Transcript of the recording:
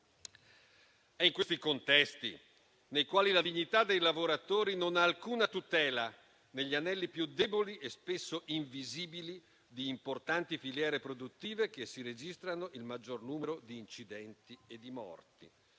È in questi contesti, nei quali la dignità dei lavoratori non ha alcuna tutela, negli anelli più deboli e spesso invisibili di importanti filiere produttive, che si registra il maggior numero di incidenti e di morti.